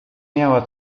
miała